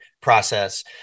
process